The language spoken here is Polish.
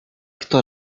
kto